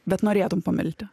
bet norėtum pamilti